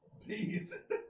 Please